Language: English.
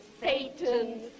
Satan